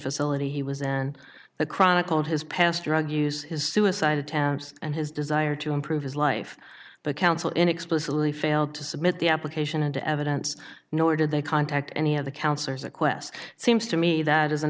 facility he was in that chronicled his past drug use his suicide attempts and his desire to improve his life but counsel in explicitly failed to submit the application into evidence nor did they contact any of the counselors at qwest seems to me that is an